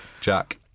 Jack